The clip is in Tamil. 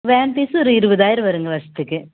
வேன் ஃபீஸ் ஒரு இருபதாயிரம் வருங்க வருஷத்துக்கு